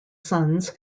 suns